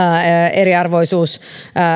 eriarvoisuus